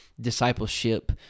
discipleship